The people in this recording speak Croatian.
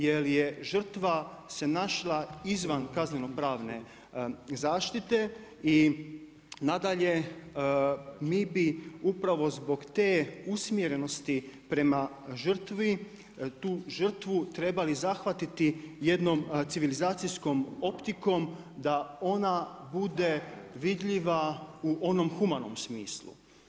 Jer je žrtva se našla izvan kazneno pravne zaštite i nadalje, mi bi upravo zbog te usmjerenosti prema žrtvi, tu žrtvi trebali zahvatiti jednom civilizacijskom optikom da ona bude vidljiva u onom humanom smislu.